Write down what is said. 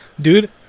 dude